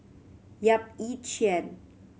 Yap Ee Chian